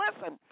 listen